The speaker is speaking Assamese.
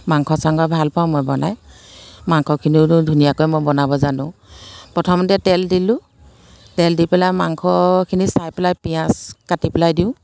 মাংস চাংস ভাল পাওঁ মই বনাই মাংসখিনিওতো ধুনীয়াকৈ মই বনাব জানো প্ৰথমতে তেল দিলোঁ তেল দি পেলাই মাংসখিনি চাই পেলাই পিঁয়াজ কাটি পেলাই দিওঁ